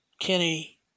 Kenny